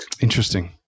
Interesting